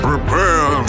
Prepare